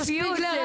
האמת,